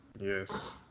Yes